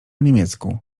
niemiecku